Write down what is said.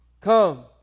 Come